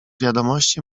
wiadomości